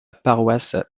paroisse